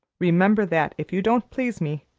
remember that if you don't please me,